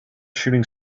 shooting